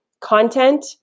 content